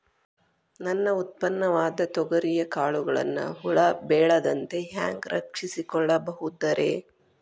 ನನ್ನ ಉತ್ಪನ್ನವಾದ ತೊಗರಿಯ ಕಾಳುಗಳನ್ನ ಹುಳ ಬೇಳದಂತೆ ಹ್ಯಾಂಗ ರಕ್ಷಿಸಿಕೊಳ್ಳಬಹುದರೇ?